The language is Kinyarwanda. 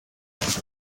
baca